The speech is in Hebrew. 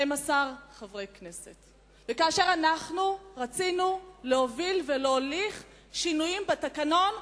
חברי כנסת וכאשר אנחנו רצינו להוביל ולהוליך שינויים בתקנון,